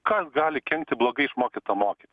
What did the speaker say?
kas gali kenkti blogai išmokyta mokinį